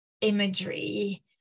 imagery